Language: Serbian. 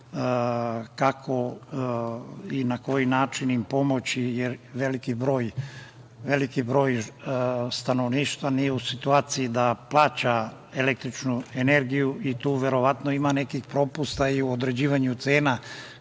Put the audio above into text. kako i na koji način im pomoći jer veliki broj stanovništva nije u situaciji da plaća električnu energiju. Tu verovatno ima nekih propusta i u određivanju cena.